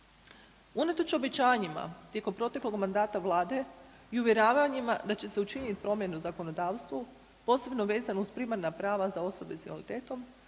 Unatoč obećanjima tijekom proteklog mandata Vlade i uvjeravanjima da će se učiniti promjena u zakonodavstvu posebno vezano uz primarna prava za osobe s invaliditetom